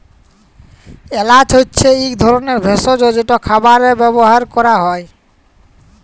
এল্যাচ হছে ইক ধরলের ভেসজ যেট খাবারে ব্যাভার ক্যরা হ্যয়